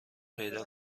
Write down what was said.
پیدا